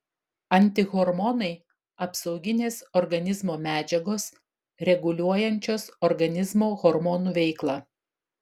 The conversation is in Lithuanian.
antihormonai apsauginės organizmo medžiagos reguliuojančios organizmo hormonų veiklą